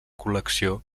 col·lecció